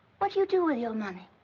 what do you do with your money?